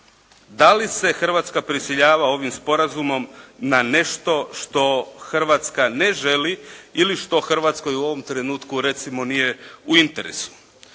da li se Hrvatska prisiljava ovim sporazumom na nešto što Hrvatska ne želi ili što Hrvatskoj u ovom trenutku recimo nije u interesu.